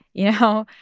you know,